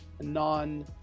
non